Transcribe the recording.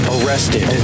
Arrested